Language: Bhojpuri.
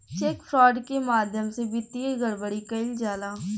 चेक फ्रॉड के माध्यम से वित्तीय गड़बड़ी कईल जाला